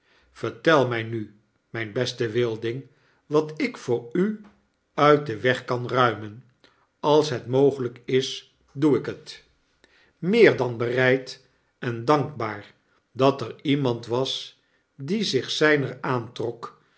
vertel mg nu mgn beste wilding wat ik voor u uit den weg kan ruimen als het mogelp is doe ik het meer dan bereid en dankbaar dateriemand was die zich zgner aantrok